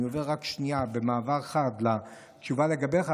אני עובר רק שנייה במעבר חד לתשובה לגביך,